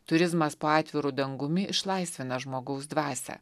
turizmas po atviru dangumi išlaisvina žmogaus dvasią